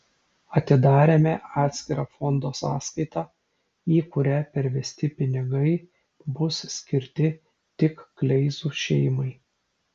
atidarėme atskirą fondo sąskaitą į kurią pervesti pinigai bus skirti tik kleizų šeimai